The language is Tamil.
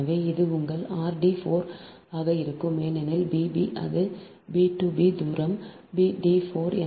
எனவே அது உங்கள் r d 4 ஆக இருக்கும் ஏனெனில் b b அது b 2 b தூரம் d 4